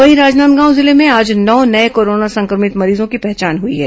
वहीं राजनांदगांव जिले में आज नौ नये कोरोना संक्रमित मरीजों की पहचान हुई है